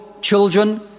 children